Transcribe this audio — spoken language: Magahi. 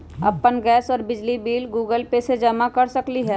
अपन गैस और बिजली के बिल गूगल पे से जमा कर सकलीहल?